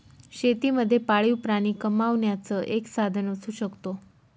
शेती मध्ये पाळीव प्राणी कमावण्याचं एक साधन असू शकतो